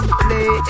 play